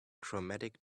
chromatic